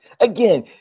again